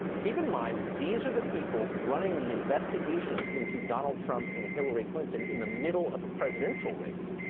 keep in mind these are the people running the investigations into donald trump and hillary clinton in the middle of a presidential race.